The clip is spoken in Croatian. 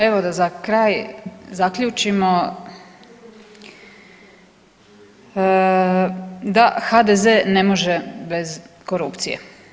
Evo da za kraj zaključimo da HDZ ne može bez korupcije.